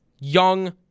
young